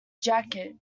jacket